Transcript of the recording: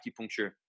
acupuncture